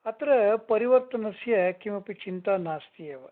अत्र परिर्तनस्य किमपि चिन्ता नास्ति एव